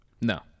No